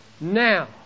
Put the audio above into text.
now